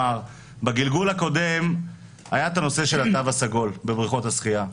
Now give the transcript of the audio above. בגלגול הקודם היה הנושא של התו הסגול בבריכות השחייה,